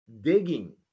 digging